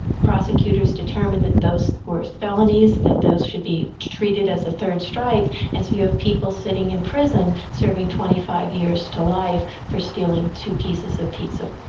prosecutors determined that those were felonies, that those should be treated as a third strike, and so you have people sitting in prison serving twenty five years to life for stealing two pieces of pizza.